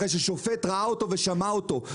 אחרי ששופט ראה אותו ושמע אותו.